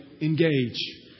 Engage